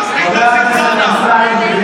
תפעיל את הזינזאנה.